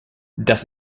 das